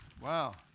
Wow